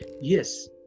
yes